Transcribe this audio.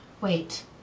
Wait